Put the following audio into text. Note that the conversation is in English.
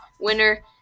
winner